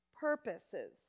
purposes